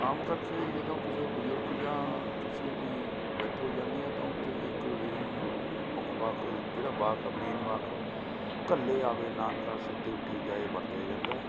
ਆਮ ਕਰਕੇ ਜਦੋਂ ਕਿਸੇ ਬਜ਼ੁਰਗ ਜਾਂ ਕਿਸੇ ਦੀ ਡੈਥ ਹੋ ਜਾਂਦੀ ਹੈ ਤਾਂ ਉੱਥੇ ਇੱਕ ਇਹੀ ਮੁੱਖਵਾਕ ਜਿਹੜਾ ਵਾਕ ਮੇਨ ਵਾਕ ਘੱਲੇ ਆਵੇ ਨਾਨਕਾ ਸੱਦੇ ਉੱਠੀ ਜਾਇ ਵਰਤਿਆ ਜਾਂਦਾ ਹੈ